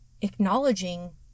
acknowledging